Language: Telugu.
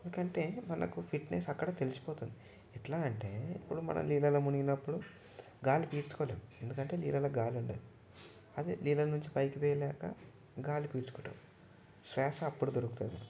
ఎందుకంటే వాళ్ళకు ఫిట్నెస్ అక్కడ తెలిసిపోతుంది ఎట్లా అంటే ఇప్పుడు మనం నీళ్ళలో మునిగినప్పుడు గాలి పీల్చుకో లేము ఎందుకంటే నీళ్ళలో గాలి ఉండదు అదే నీళ్ళలో నుంచి పైకి తేలాక గాలి పీల్చుకుంటాం శ్వాస అప్పుడు దొరుకుతుంది